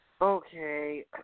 okay